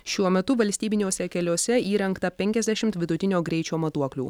šiuo metu valstybiniuose keliuose įrengta penkiasdešimt vidutinio greičio matuoklių